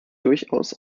durchaus